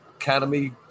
economy